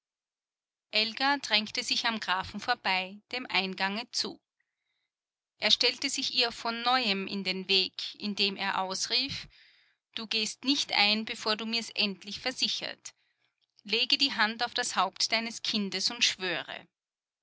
elga drängte sich am grafen vorbei dem eingange zu er stellte sich ihr von neuem in den weg indem er ausrief du gehst nicht ein bevor du mirs endlich versichert lege die hand auf das haupt deines kindes und schwöre